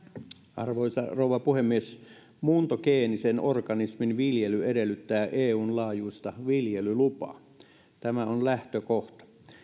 arvoisa rouva puhemies muuntogeenisen organismin viljely edellyttää eun laajuista viljelylupaa tämä on lähtökohta